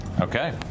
Okay